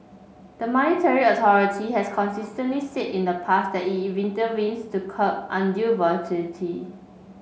the monetary authority has consistently said in the past that it intervenes to curb undue volatility